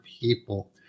people